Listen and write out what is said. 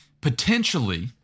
potentially